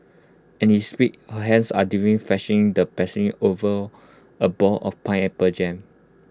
and he speaks her hands are deftly the pastry over A ball of pineapple jam